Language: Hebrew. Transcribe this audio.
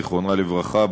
זיכרונה לברכה,